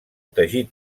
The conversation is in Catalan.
teixit